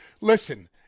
Listen